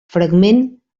fragment